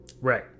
Right